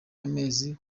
amezi